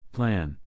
Plan